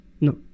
no